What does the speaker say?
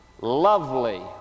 lovely